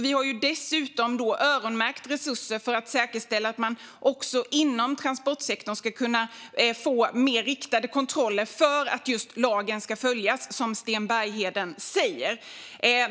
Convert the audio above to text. Vi har dessutom öronmärkt resurser för att säkerställa att man också inom transportsektorn ska kunna få mer riktade kontroller just för att lagen ska följas, som Sten Bergheden säger.